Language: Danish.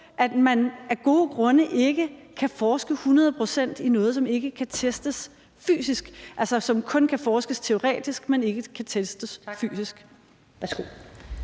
at man af gode grunde ikke kan forske hundrede procent i noget, som ikke kan testes fysisk, altså, som kun kan forskes teoretisk, men ikke kan testes fysisk.